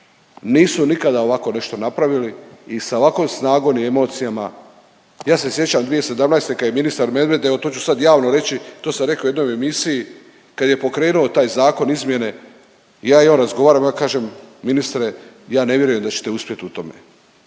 nisu nikada ovako nešto napravili i sa ovakvom snagom i emocijama. Ja se sjećam 2017. kad je ministar Medved, evo to ću sad javno reći to sam rekao u jednoj emisiji, kad je pokrenuo taj zakon, izmjene. Ja i on razgovaram ja mu kažem ministre ja ne vjerujem da ćete uspjeti u tome.